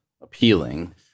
appealing